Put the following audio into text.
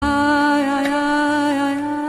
איי-איי-איי-איי-איי-איי